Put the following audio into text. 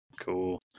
Cool